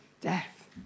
death